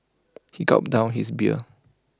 he gulped down his beer